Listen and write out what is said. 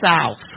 south